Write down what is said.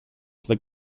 for